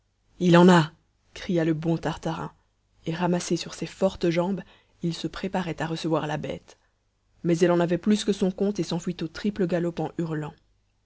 il en a cria le bon tartarin et ramassé sur ses fortes jambes il se préparait à recevoir la bête mais elle en avait plus que son compte et s'enfuit au triple galop en hurlant